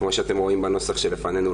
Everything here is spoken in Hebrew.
כמו שאתם רואים בנוסח שלפנינו,